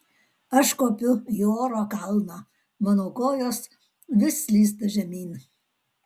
aš kopiu į oro kalną mano kojos vis slysta žemyn